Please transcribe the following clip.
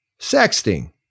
Sexting